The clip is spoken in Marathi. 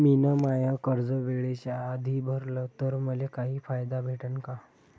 मिन माय कर्ज वेळेच्या आधी भरल तर मले काही फायदा भेटन का?